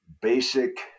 basic